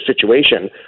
situation